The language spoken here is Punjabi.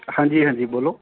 ਹਾਂਜੀ ਹਾਂਜੀ ਬੋਲੋ